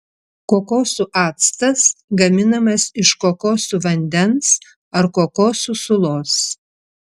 kokosų actas gaminamas iš kokosų vandens ar kokosų sulos